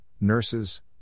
nurses